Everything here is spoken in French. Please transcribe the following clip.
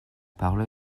parole